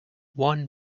one